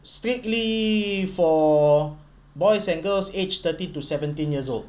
strictly for boys and girls aged thirteen to seventeen years old